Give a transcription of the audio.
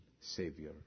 Savior